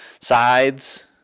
sides